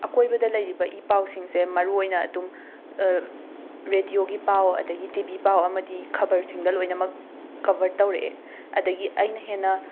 ꯑꯀꯣꯏꯕꯗ ꯂꯩꯔꯤꯕ ꯏ ꯄꯥꯎꯁꯤꯡꯁꯦ ꯃꯔꯨꯑꯣꯏꯅ ꯑꯗꯨꯝ ꯔꯦꯗ꯭ꯌꯣꯒꯤ ꯄꯥꯎ ꯑꯗꯒꯤ ꯇꯤ ꯕꯤ ꯄꯥꯎ ꯑꯃꯗꯤ ꯈꯕꯔꯁꯤꯡꯗ ꯂꯣꯏꯅꯃꯛ ꯀꯕꯔ ꯇꯧꯔꯛꯑꯦ ꯑꯗꯒꯤ ꯑꯩꯅ ꯍꯦꯟꯅ